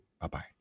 Bye-bye